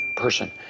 person